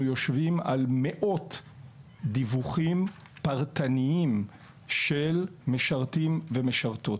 יושבים על מאות דיווחים פרטניים של משרתים ומשרתות.